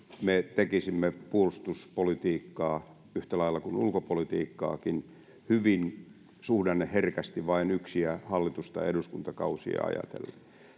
me tekisimme puolustuspolitiikkaa yhtä lailla kuin ulkopolitiikkaakin hyvin suhdanneherkästi vain yksiä hallitus tai eduskuntakausia ajatellen